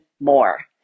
more